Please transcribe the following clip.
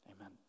Amen